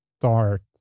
start